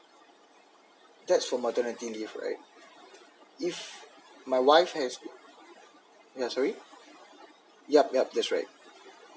that's for maternity leave right if my wife has yeah sorry yup yup that's right